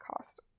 cost